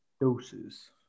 Doses